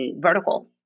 vertical